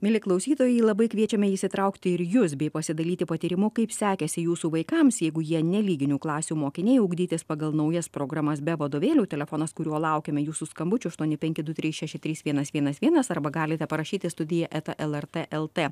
mieli klausytojai labai kviečiame įsitraukti ir jus bei pasidalyti patyrimu kaip sekėsi jūsų vaikams jeigu jie nelyginių klasių mokiniai ugdytis pagal naujas programas be vadovėlių telefonas kuriuo laukiame jūsų skambučių aštuoni penki du trys šeši vienas vienas vienas arba galite parašyti studija eta lrt lt